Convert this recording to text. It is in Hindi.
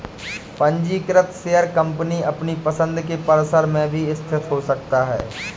पंजीकृत शेयर कंपनी अपनी पसंद के परिसर में भी स्थित हो सकता है